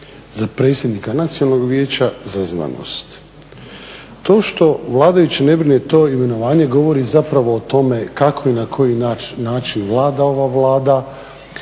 Za predsjednika Nacionalnog vijeća za znanost. To što vladajuće ne brine to imenovanje govori zapravo o tome kako i na koji način vlada ova Vlada